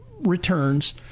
returns